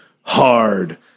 hard